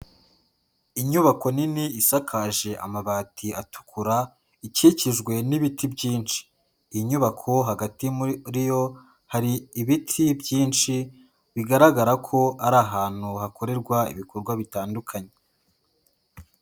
Inyubako nini isakaje amabati atukura, ikikijwe n'ibiti byinshi. Iyi nyubako hagati muri yo hari ibiti byinshi bigaragara ko ari ahantu hakorerwa ibikorwa bitandukanye.